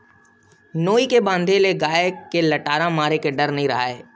नोई के बांधे ले गाय के लटारा मारे के डर ह नइ राहय